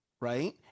right